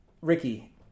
Ricky